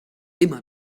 immer